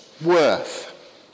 Worth